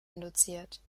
induziert